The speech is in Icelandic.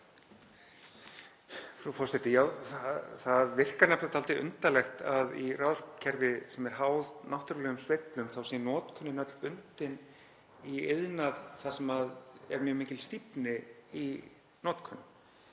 Frú forseti. Það virkar nefnilega dálítið undarlegt að í kerfi sem er háð náttúrulegum sveiflum þá sé notkunin öll bundin í iðnað þar sem er mjög mikil stífni í notkun.